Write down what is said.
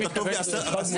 כתוב לי 10,000, 5,000 שקלים.